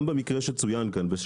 גם במקרה שצוין כאן,